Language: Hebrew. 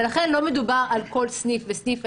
ולכן לא מדובר על כל סניף וסניף,